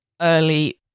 early